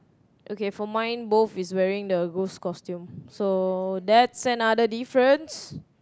okay for mine both is wearing the ghost costume so that's another difference